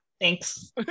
thanks